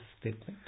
statement